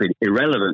irrelevant